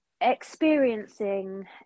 experiencing